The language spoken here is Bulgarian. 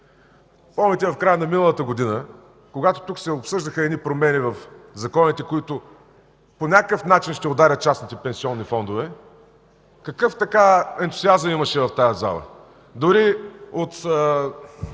Помните, в края на миналата година, когато тук се обсъждаха едни промени в законите, които по някакъв начин ще ударят частните пенсионни фондове, какъв ентусиазъм имаше в тази зала.